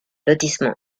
lotissement